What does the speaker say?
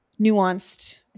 nuanced